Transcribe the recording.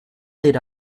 laid